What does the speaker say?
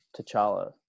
T'Challa